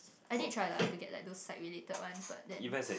I did try lah to get like those psych related ones but then